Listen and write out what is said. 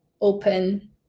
open